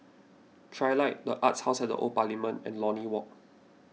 Trilight the Arts House at the Old Parliament and Lornie Walk